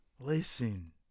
listen